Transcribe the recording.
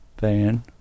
van